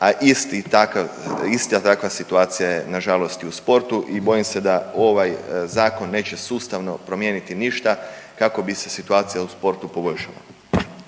a ista takva situacija je na žalost i u sportu i bojim se da ovaj zakon neće sustavno promijeniti ništa kako bi se situacija u sportu poboljšala.